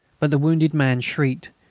but the wounded man shrieked,